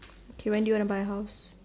K when do you want to buy house